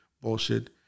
bullshit